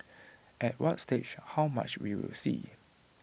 at what stage how much we will see